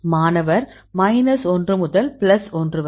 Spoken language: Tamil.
மாணவர் மைனஸ் 1 முதல் பிளஸ் 1 வரை